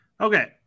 Okay